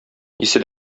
исе